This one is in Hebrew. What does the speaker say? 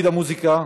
תפקיד המוזיקה